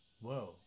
whoa